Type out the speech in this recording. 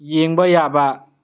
ꯌꯦꯡꯕ ꯌꯥꯕ